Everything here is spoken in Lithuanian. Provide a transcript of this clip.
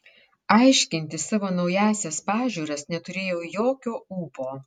aiškinti savo naująsias pažiūras neturėjau jokio ūpo